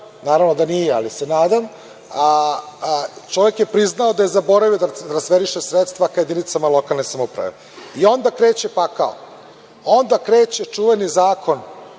Naravno da nije, ali se nadam. Čovek je priznao da je zaboravio da transferiše sredstva ka jedinicama lokalne samouprave. Onda kreće pakao, onda kreće čuveni novi